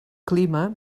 clima